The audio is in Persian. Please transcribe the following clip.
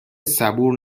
صبور